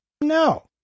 no